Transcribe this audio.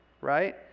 right